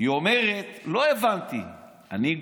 היא אומרת: